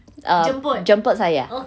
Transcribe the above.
uh jemput saya